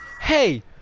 hey